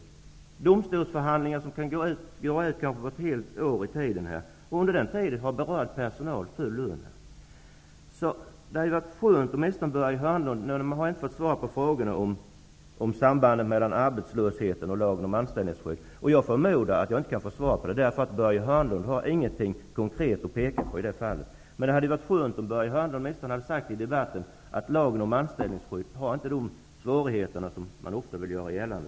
Det blir då domstolsförhandlingar som kan dra ut på ett helt år i tiden, och under den tiden har berörd personal full lön. Jag har inte fått något svar på frågorna om sambandet mellan arbetslösheten och lagen om anställningsskydd, och jag förmodar att jag inte kan få något svar, eftersom Börje Hörnlund inte har något konkret att peka på i det fallet. Det hade därför varit skönt om Börje Hörnlund i debatten åtminstone hade sagt att lagen om anställningsskydd inte för med sig de svårigheter som man ofta vill göra gällande.